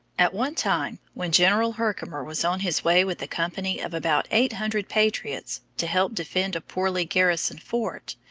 at one time, when general herkimer was on his way with a company of about eight hundred patriots to help defend a poorly garrisoned fort,